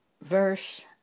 verse